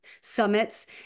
summits